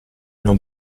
non